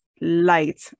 Light